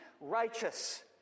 righteous